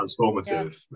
Transformative